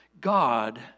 God